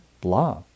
blah